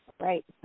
right